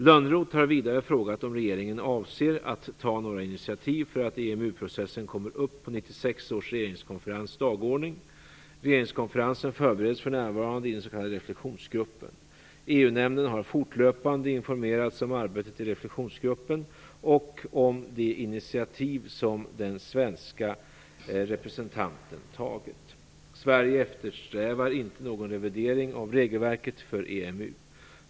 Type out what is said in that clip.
Lönnroth har vidare frågat om regeringen avser att ta några initiativ för att EMU-processen kommer upp på dagordningen vid 1996 års regeringskonferens. Regeringskonferensen förbereds för närvarande i den s.k. reflektionsgruppen. EU-nämnden har fortlöpande informerats om arbetet i reflektionsgruppen och om de initiativ som den svenske representanten tagit. Sverige eftersträvar inte någon revidering av regelverket för EMU.